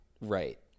Right